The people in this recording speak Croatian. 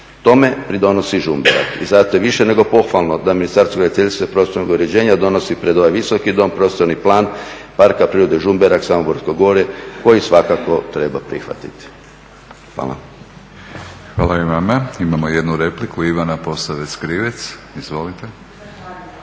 Tom pridonosi i Žumberak. I zato je više nego pohvalno da Ministarstvo graditeljstva i prostornog uređenja donosi pred ovaj Visoki dom Prostorni plan Parka prirode Žumberak, Samoborsko gorje koji svakako treba prihvatiti. Hvala. **Batinić, Milorad (HNS)** Hvala i vama. Imamo jednu repliku Ivana Posavec Krivec. Izvolite.